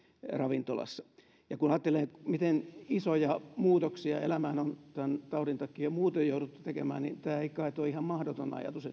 ravintolassa ja kun ajattelee miten isoja muutoksia elämään on tämän taudin takia muuten jouduttu tekemään niin tämä ei kait ole ihan mahdoton ajatus